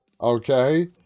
Okay